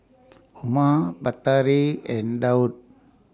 Umar Batari and Daud